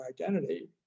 identity